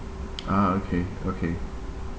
ah okay okay